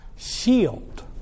Shield